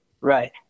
Right